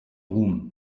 ruhm